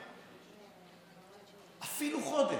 אפילו חודש,